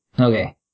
Okay